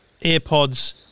AirPods